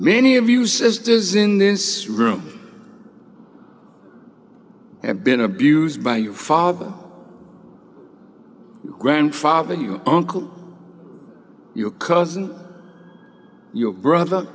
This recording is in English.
many of you sisters in this room have been abused by your father grandfather you uncle your cousin your brother